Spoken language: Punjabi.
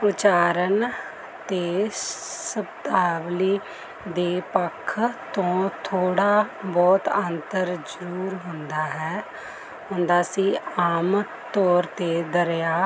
ਉਚਾਰਨ ਅਤੇ ਸ਼ਬਦਾਵਲੀ ਦੇ ਪੱਖ ਤੋਂ ਥੋੜ੍ਹਾ ਬਹੁਤ ਅੰਤਰ ਜ਼ਰੂਰ ਹੁੰਦਾ ਹੈ ਹੁੰਦਾ ਸੀ ਆਮ ਤੌਰ 'ਤੇ ਦਰਿਆ